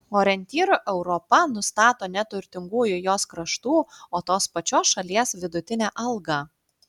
orientyru europa nustato ne turtingųjų jos kraštų o tos pačios šalies vidutinę algą